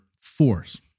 force